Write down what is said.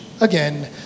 again